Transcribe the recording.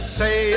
say